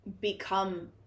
become